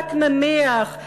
רק נניח,